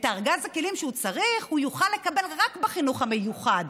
את ארגז הכלים שהוא צריך הוא יוכל לקבל רק בחינוך המיוחד.